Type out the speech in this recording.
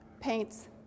paints